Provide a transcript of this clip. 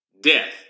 death